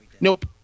Nope